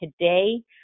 today